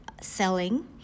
selling